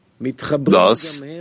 Thus